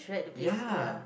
ya